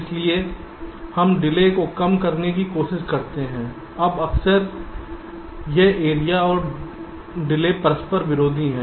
इसलिए हम डिले को कम करने की कोशिश करते हैं अब अक्सर यह एरिया और डिले परस्पर विरोधी हैं